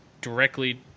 directly